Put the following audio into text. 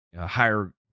higher